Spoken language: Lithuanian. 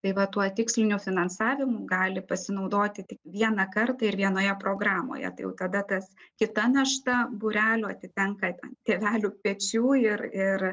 tai va tuo tiksliniu finansavimu gali pasinaudoti tik vieną kartą ir vienoje programoje tai jau kada tas kita našta būrelių atitenka an tėvelių pečių ir ir